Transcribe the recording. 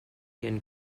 and